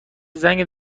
زنگ